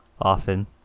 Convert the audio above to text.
often